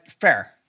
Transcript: Fair